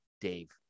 Dave